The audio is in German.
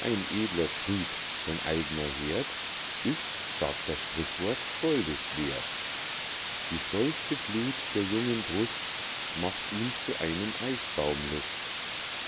gottfried lichtwer die stolze gluth der jungen brust macht ihm zu einem eichbaum lust